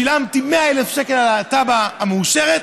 שילמתי 100,000 שקל על התב"ע המאושרת,